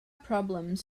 problems